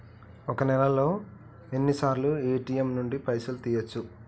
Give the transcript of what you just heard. ఒక్క నెలలో ఎన్నిసార్లు ఏ.టి.ఎమ్ నుండి పైసలు తీయచ్చు?